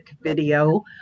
video